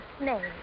name